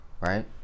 right